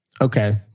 Okay